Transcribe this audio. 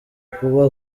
kuba